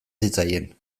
zitzaien